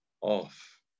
off